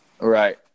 Right